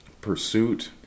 pursuit